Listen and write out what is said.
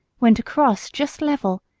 went across just level,